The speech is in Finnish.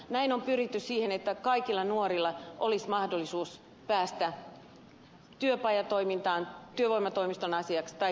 näin on pyritty siihen että kaikilla nuorilla olisi mahdollisuus päästä työpajatoimintaan työvoimatoimiston asiakkaaksi tai koulutukseen